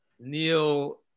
Neil